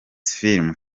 film